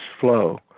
flow